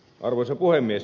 arvoisa puhemies